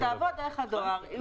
שתעבוד דרך הדואר,